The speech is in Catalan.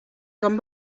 joan